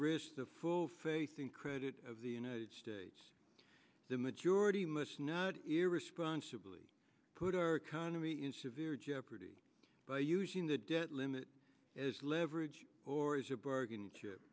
risk the full faith and credit of the united states the majority must not irresponsibly put our economy in severe jeopardy by using the debt limit as leverage or as a bargaining chip